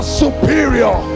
superior